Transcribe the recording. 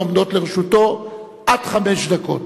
עומדות לרשותו עד חמש דקות.